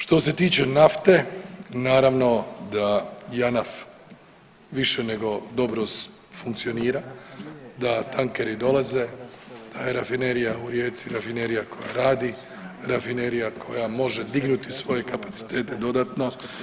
Što se tiče nafte naravno da JANAF više nego dobro funkcionira, da tankeri dolaze, da je rafinerija u Rijeci rafinerija koja radi, rafinerija koja može dignuti svoje kapacitete dodatno.